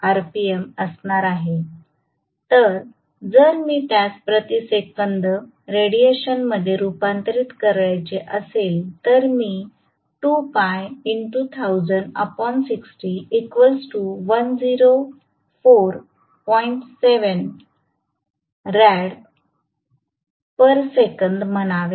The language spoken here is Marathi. तर जर मी त्यास प्रति सेकंद रेडियनमध्ये रूपांतरित करायचे असेल तर मी म्हणावे